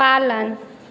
पालन